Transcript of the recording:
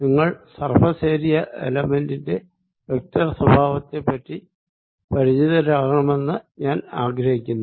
നിങ്ങൾ surface area എലെമെന്റിന്റെ vector സ്വഭാവത്തെപ്പറ്റി പരിചിതരാകണമെന്ന് ഞാൻ ആഗ്രഹിക്കുന്നു